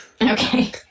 Okay